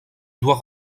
doit